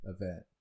event